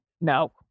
No